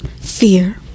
Fear